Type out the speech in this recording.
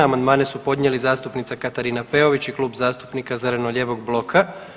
Amandmane su podnijeli zastupnica Katarina Peović i Klub zastupnika zeleno-lijevog bloka.